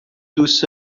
دوست